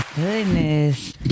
goodness